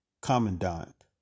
commandant